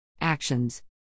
Actions